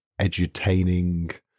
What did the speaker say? edutaining